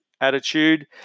attitude